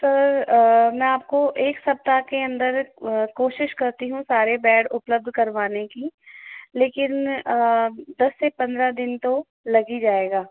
sir मैं आपको एक सप्ताह के अंदर कोशिश करती हूँ सारे बेड उपलब्ध करवाने की लेकिन दस से पंद्रह दिन तो लग ही जाएगा